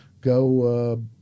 go